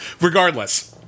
Regardless